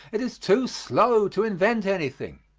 it is too slow to invent anything.